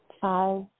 five